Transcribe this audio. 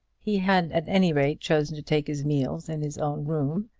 he had, at any rate, chosen to take his meals in his own room,